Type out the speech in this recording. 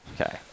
Okay